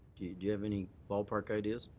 do you have any ballpark ideas?